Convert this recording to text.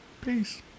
peace